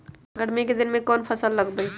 गर्मी के दिन में कौन कौन फसल लगबई?